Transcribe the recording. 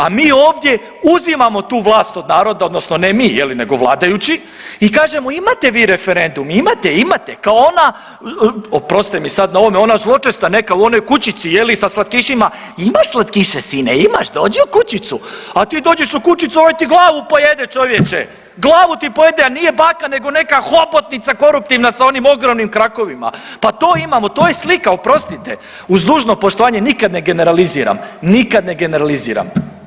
A mi ovdje uzimamo tu vlast od naroda odnosno ne mi je li nego vladajući i kažemo imate vi referendum, imate, imate, kao ona oprostite mi sad na ovome, ona zloćesta neka u onoj kućici sa slatkišima, imaš slatkiše sine, imaš, dođi u kućicu, a ti dođeš u kućicu ovaj ti glavu pojede čovječe, glavu ti pojede a nije baka nego neka hobotnica koruptivna sa onim ogromnim krakovima, pa to imamo, to je slika oprostite uz dužno poštovanje, nikad ne generaliziram, nikad ne generaliziram.